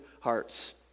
hearts